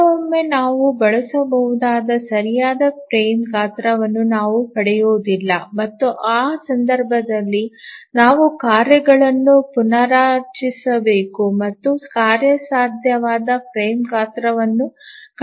ಕೆಲವೊಮ್ಮೆ ನಾವು ಬಳಸಬಹುದಾದ ಸರಿಯಾದ ಫ್ರೇಮ್ ಗಾತ್ರವನ್ನು ನಾವು ಪಡೆಯುವುದಿಲ್ಲ ಮತ್ತು ಆ ಸಂದರ್ಭದಲ್ಲಿ ನಾವು ಕಾರ್ಯಗಳನ್ನು ಪುನರ್ರಚಿಸಬೇಕು ಮತ್ತು ಕಾರ್ಯಸಾಧ್ಯವಾದ ಫ್ರೇಮ್ ಗಾತ್ರವನ್ನು ಕಂಡುಹಿಡಿಯಬೇಕು